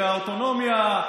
והאוטונומיה,